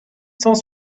cent